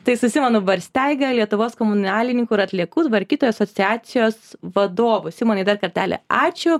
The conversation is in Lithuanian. tai su simonu barsteiga lietuvos komunalininkų ir atliekų tvarkytojų asociacijos vadovu simonai dar kartelį ačiū